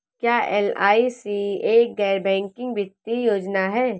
क्या एल.आई.सी एक गैर बैंकिंग वित्तीय योजना है?